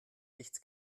nichts